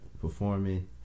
Performing